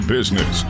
Business